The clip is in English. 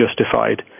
justified